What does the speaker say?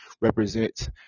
represent